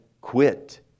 quit